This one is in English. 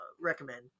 recommend